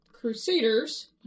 crusaders